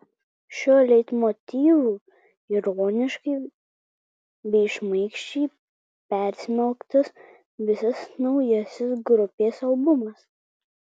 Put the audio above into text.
šiuo leitmotyvu ironiškai bei šmaikščiai persmelktas visas naujasis grupės albumas